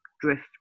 drift